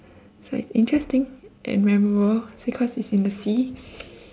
so it's interesting and memorable because it's in the sea